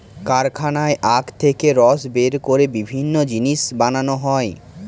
কারখানায় আখ থেকে রস বের করে বিভিন্ন জিনিস বানানো হয়